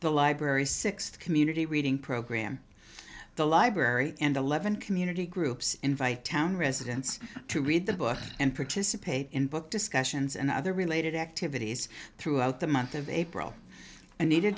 the library six community reading program the library and eleven community groups invite town residents to read the book and participate in book discussions and other related activities throughout the month of april and needed